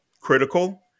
critical